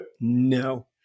no